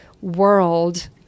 world